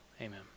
amen